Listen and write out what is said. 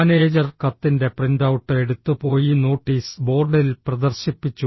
manager കത്തിന്റെ printout എടുത്ത് പോയി നോട്ടീസ് ബോർഡിൽ പ്രദർശിപ്പിച്ചു